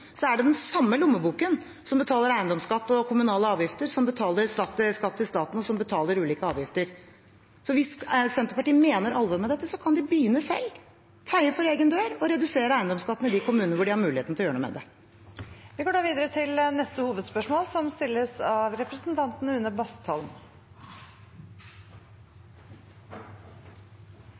den samme lommeboken som betaler eiendomsskatt og kommunale avgifter, som betaler skatt til staten, og som betaler ulike avgifter. Så hvis Senterpartiet mener alvor med dette, kan de begynne selv, feie for egen dør og redusere eiendomsskatten i de kommunene hvor de har muligheten til å gjøre noe med det. Vi går da videre til neste hovedspørsmål.